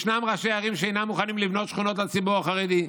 ישנם ראשי ערים שאינם מוכנים לבנות שכונות לציבור החרדי,